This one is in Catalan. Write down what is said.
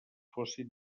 fossin